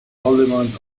parliament